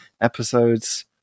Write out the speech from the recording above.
episodes